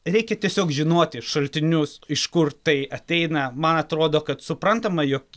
reikia tiesiog žinoti šaltinius iš kur tai ateina man atrodo kad suprantama jog